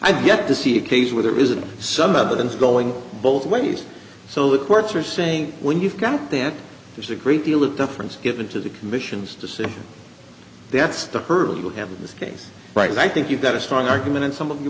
i've yet to see a case where there isn't some evidence going both ways so the courts are saying when you've got that there's a great deal of difference good to the commission's decision that's to her it will happen in this case right and i think you've got a strong argument and some of your